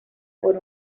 por